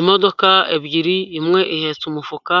Imodoka ebyiri imwe ihetse umufuka